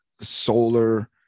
solar